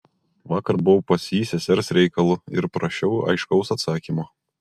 vakar buvau pas jį sesers reikalu ir prašiau aiškaus atsakymo